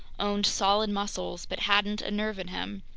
owned solid muscles, but hadn't a nerve in him,